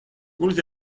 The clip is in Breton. koulz